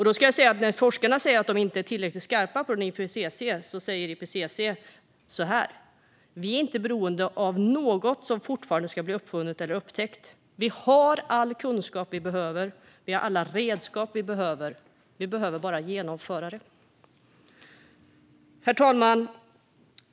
Då ska jag säga att när forskarna säger att de inte är tillräckligt skarpa i IPCC säger IPCC så här: Vi är inte beroende av något som fortfarande ska bli uppfunnet eller upptäckt. Vi har all kunskap vi behöver. Vi har alla redskap vi behöver. Vi behöver bara genomföra det. Herr talman!